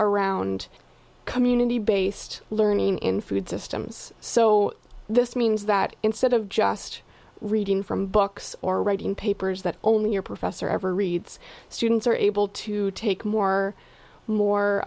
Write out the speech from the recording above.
around community based learning in food systems so this means that instead of just reading from books or reading papers that only your professor ever reads students are able to take more more